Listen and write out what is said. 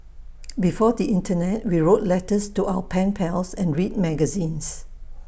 before the Internet we wrote letters to our pen pals and read magazines